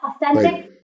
authentic